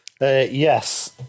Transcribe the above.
Yes